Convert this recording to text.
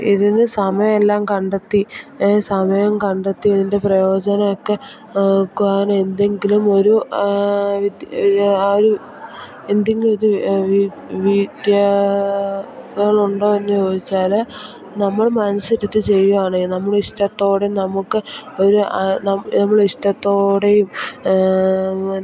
ഇതിന് സമയം എല്ലാം കണ്ടെത്തി ഏ സമയം കണ്ടെത്തി ഇതിൻ്റെ പ്രയോജനം ഒക്കെ ഓക്കുവാൻ എന്തെങ്കിലും ഒരു ആ ഒരു എന്തെങ്കിലും ഒരു ഉണ്ടോ എന്ന് ചോദിച്ചാൽ നമ്മൾ മനസ്സിരുത്തി ചെയ്യുവാണേൽ നമ്മൾ ഇഷ്ടത്തോടെ നമുക്ക് ഒരു നമ്മൾ ഇഷ്ടത്തോടെയും അങ്ങനെ